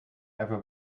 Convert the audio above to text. ever